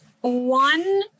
one